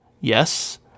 Yes